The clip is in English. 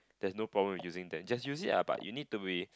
there's no problem with using that just use it ah but you need to be